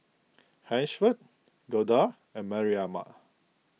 Hansford Golda and Mariam